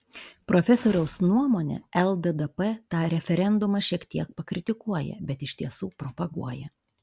profesoriaus nuomone lddp tą referendumą šiek tiek pakritikuoja bet iš tiesų propaguoja